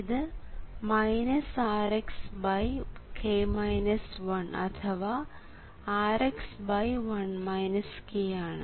അത് Rx അഥവാ Rx ആണ്